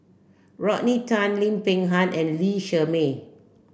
Rodney Tan Lim Peng Han and Lee Shermay